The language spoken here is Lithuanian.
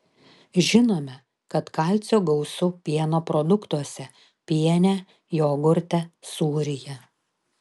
žinome kad kalcio gausu pieno produktuose piene jogurte sūryje